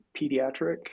pediatric